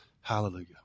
Hallelujah